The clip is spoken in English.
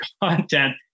content